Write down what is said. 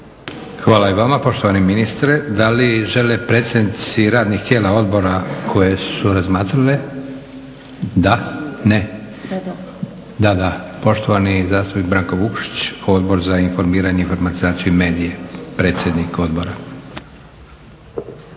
Hvala i vama poštovani ministre. Da li žele predsjednici radnih tijela odbora koje su razmatrale? Da. Poštovani zastupnik Branko Vukšić, Odbor za informiranje, informatizaciju i medije, predsjednik odbora.